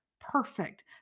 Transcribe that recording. perfect